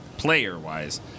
player-wise